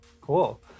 Cool